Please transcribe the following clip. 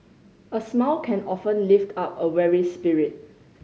a smile can often lift up a weary spirit